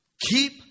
Keep